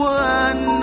one